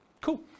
Cool